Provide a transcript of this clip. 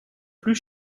plus